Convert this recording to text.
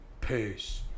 peace